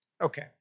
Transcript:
Okay